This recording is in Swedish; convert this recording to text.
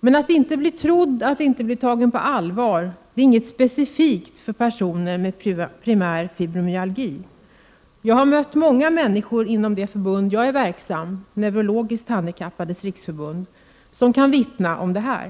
Men att inte bli trodd, att inte bli tagen på allvar — det är ingenting specifikt för personer med primär fibromyalgi. Jag har mött många människor inom det förbund där jag är verksam, Neurologiskt handikappades riksförbund, som kan vittna om detta.